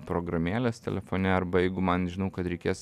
programėlės telefone arba jeigu man žinau kad reikės